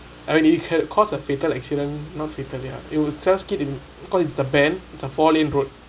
uh it can cause a fatal accident not fatal ya it'll cell skit in called it the band it the fall input